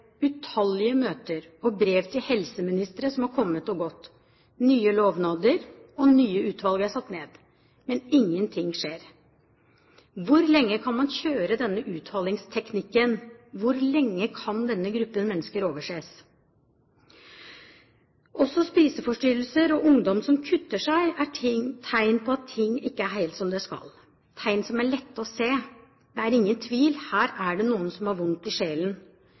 utallige møter og brev til helseministre som har kommet og gått, nye lovnader og nye utvalg er satt ned, men ingenting skjer. Hvor lenge kan man kjøre denne uthalingsteknikken? Hvor lenge kan denne gruppen mennesker overses? Også spiseforstyrrelser og ungdom som kutter seg, er tegn på at ting ikke er helt som de skal være, tegn som er lette å se. Det er ingen tvil, her er det noen som har vondt i sjelen.